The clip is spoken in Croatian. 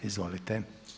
Izvolite.